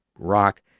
rock